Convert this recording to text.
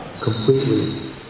completely